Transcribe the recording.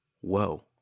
Whoa